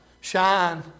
shine